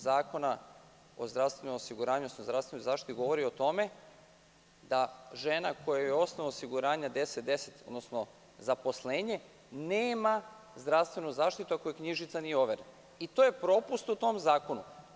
Zakona o zdravstvenom osiguranju, odnosno zdravstvenoj zaštiti jasno govori o tome da žena kojoj je osnov osiguranja 1010, odnosno zaposlenje, nema zdravstvenu zaštitu ako joj knjižica nije overena i to je propust u tom zakonu.